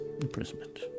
imprisonment